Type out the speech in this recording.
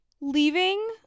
Leaving